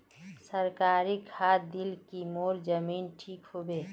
सरकारी खाद दिल की मोर जमीन ठीक होबे?